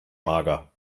mager